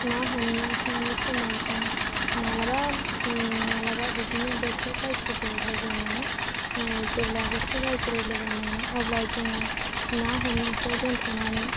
ना हमनो थांनाय समाव जों मालाबा मालाबा बिदिनो बोथोर गाज्रिफोर लोगो मोनो जेब्ला बोथोर गाज्रि लोगो मोनो अब्ला जोङो ना हमनायखौ दोनथ'नानै